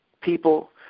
people